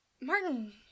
Martin